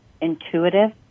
intuitive